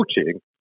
coaching